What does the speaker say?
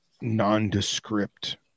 nondescript